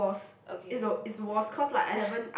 okay